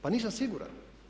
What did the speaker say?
Pa nisam siguran.